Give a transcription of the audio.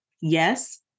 Yes